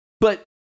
But-